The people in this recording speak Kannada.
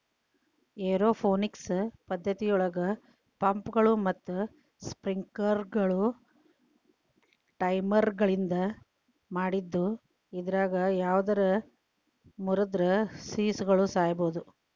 ಏರೋಪೋನಿಕ್ಸ್ ಪದ್ದತಿಯೊಳಗ ಪಂಪ್ಗಳು ಮತ್ತ ಸ್ಪ್ರಿಂಕ್ಲರ್ಗಳು ಟೈಮರ್ಗಳಿಂದ ಮಾಡಿದ್ದು ಇದ್ರಾಗ ಯಾವದರ ಮುರದ್ರ ಸಸಿಗಳು ಸಾಯಬೋದು